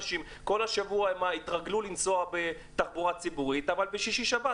אנשים כל השבוע יתרגלו לנסוע בתחבורה ציבורית אבל בשישי-שבת,